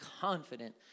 confident